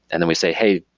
and then we say hey,